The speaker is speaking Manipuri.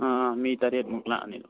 ꯑꯥ ꯃꯤ ꯇꯔꯦꯠꯃꯨꯛ ꯂꯥꯛꯑꯅꯤ